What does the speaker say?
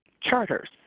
charters